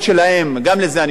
גם לזה אני לא רוצה להיכנס,